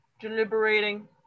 deliberating